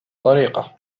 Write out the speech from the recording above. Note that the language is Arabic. طريقة